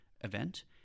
event